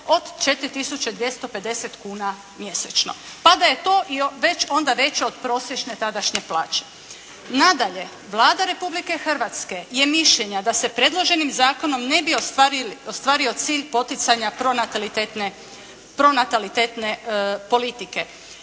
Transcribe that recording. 250 kuna mjesečno, pa da je to već onda veće od prosječne tadašnje plaće. Nadalje, Vlada Republike Hrvatske je mišljenja da se predloženim zakonom ne bi ostvario cilj poticanja pronatalitetne politike,